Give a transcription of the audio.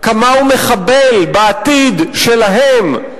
כמה הוא מחבל בעתיד שלהם,